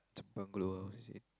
bungalow is it